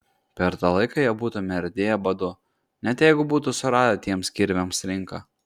per tą laiką jie būtų merdėję badu net jeigu būtų suradę tiems kirviams rinką